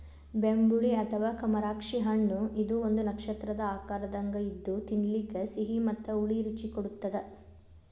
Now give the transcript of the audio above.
ಬೆಂಬುಳಿ ಅಥವಾ ಕಮರಾಕ್ಷಿ ಹಣ್ಣಇದು ಒಂದು ನಕ್ಷತ್ರದ ಆಕಾರದಂಗ ಇದ್ದು ತಿನ್ನಲಿಕ ಸಿಹಿ ಮತ್ತ ಹುಳಿ ರುಚಿ ಕೊಡತ್ತದ